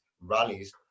rallies